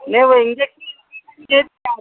نہیں وہ انجیکشن